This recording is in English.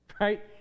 right